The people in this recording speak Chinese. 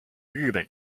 日本